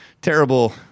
terrible